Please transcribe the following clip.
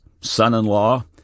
son-in-law